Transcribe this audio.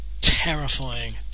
terrifying